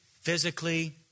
physically